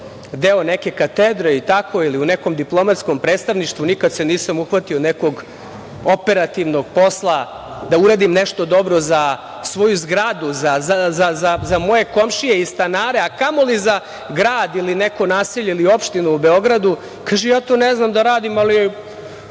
deo neke katedre i u nekom diplomatskom predstavništvu, nikad se nisam uhvatio nekog operativnog posla, da uradim nešto dobro za svoju zgradu, za moje komšije i stanare, a kamoli za grad ili neko naselje ili opštinu u Beogradu. Kaže - ja to ne znam da radim, ali